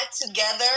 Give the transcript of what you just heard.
together